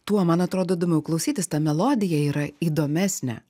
tuo man atrodo įdomiau klausytis ta melodija yra įdomesnė